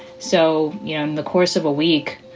so, you know, in the course of a week,